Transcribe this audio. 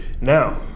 Now